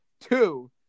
Two